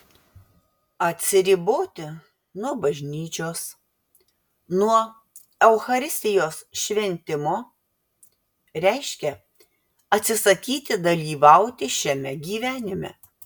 atsiriboti nuo bažnyčios nuo eucharistijos šventimo reiškia atsisakyti dalyvauti šiame gyvenime